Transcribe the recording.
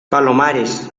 palomares